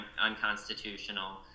unconstitutional